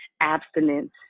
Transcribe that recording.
abstinence